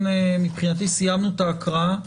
מתכוון מבחינתי סיימנו את ההקראה.